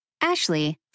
Ashley